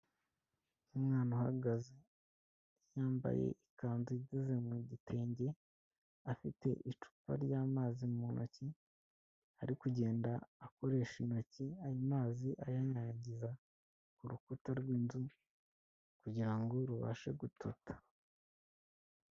Umwana uhagaze, yambaye ikanzu idoze mu gitenge, afite icupa ry'amazi mu ntoki, ari kugenda akoresha intoki ayo mazi ayanyagiza ku rukuta rw'inzu kugira ngo rubashe gutota.